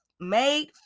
made